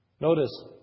Notice